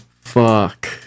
fuck